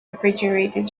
refrigerated